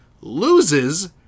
loses